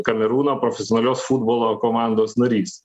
kamerūno profesionalios futbolo komandos narys